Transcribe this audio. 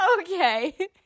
Okay